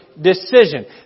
decision